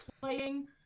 playing